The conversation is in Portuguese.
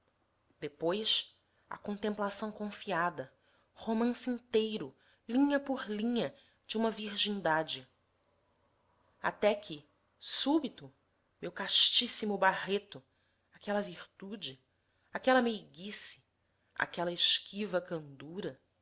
depois a contemplação confiada romance inteiro linha por linha de uma virgindade até que súbito meu castíssimo barreto aquela virtude aquela meiguice aquela esquiva candura